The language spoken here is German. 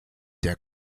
der